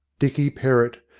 dicky perrott,